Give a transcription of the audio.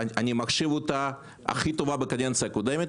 -- הכי טובה שהייתה בקדנציה הקודמת,